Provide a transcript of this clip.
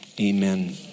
amen